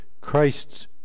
Christ's